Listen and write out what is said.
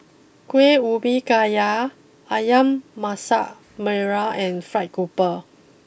Kuih Ubi Kayu Ayam Masak Merah and Fried grouper